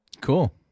Cool